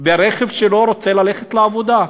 ברכב שלו, רוצה ללכת לעבודה.